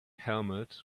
helmet